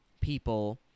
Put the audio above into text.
people